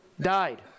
Died